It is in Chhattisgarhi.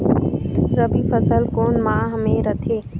रबी फसल कोन माह म रथे?